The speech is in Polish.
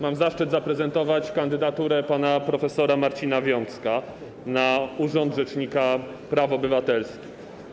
Mam zaszczyt zaprezentować kandydaturę pana prof. Marcina Wiącka na urząd rzecznika praw obywatelskich.